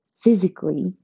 physically